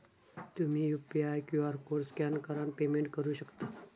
तुम्ही UPI QR code scan करान payment करू शकता